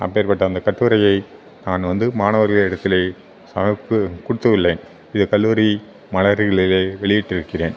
அப்பேற்பட்ட அந்த கட்டுரையை நான் வந்து மாணவர்களிடத்திலே சமர்ப்பி கொடுத்து உள்ளேன் இதை கல்லூரி மலர்களில் வெளியிட்டு இருக்கிறேன்